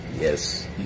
yes